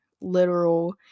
literal